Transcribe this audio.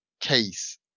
case